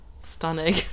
stunning